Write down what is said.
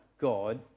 God